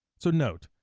so note,